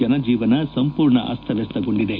ಜನಜೀವನ ಸಂಪೂರ್ಣ ಅಸ್ತವಸ್ತಗೊಂಡಿದೆ